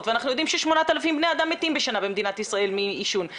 ויודעים ש-8,000 אנשים בשנה מתים במדינת ישראל מעישון,